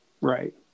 Right